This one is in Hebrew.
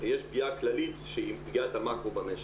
ויש פגיעה כללית שהיא פגיעת המאקרו במשק.